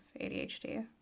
ADHD